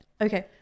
Okay